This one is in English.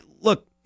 Look